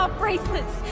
bracelets